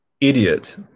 idiot